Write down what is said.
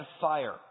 fire